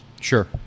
Sure